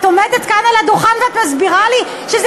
את עומדת כאן על הדוכן ואת מסבירה לי שזה